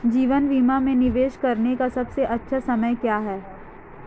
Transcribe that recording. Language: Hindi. जीवन बीमा में निवेश करने का सबसे अच्छा समय क्या है?